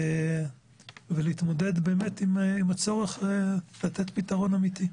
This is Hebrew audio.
ולהתמודד עם הצורך לתת פתרון אמיתי.